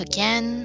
Again